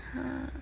!huh!